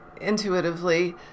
intuitively